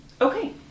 Okay